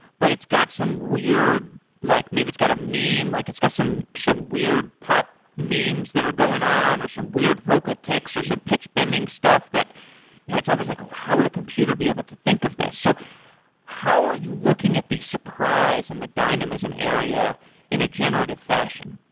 but it's got some weird like maybe it's got a meme. like it's got some some weird pop memes that are going on, or some weird focal ticks, or some pitch bending stuff that you know it's almost like, how would a computer be able to think of this? so how are you looking at the surprise and the dynamism area in a genitive fashion?